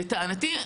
לטענתי,